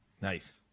Nice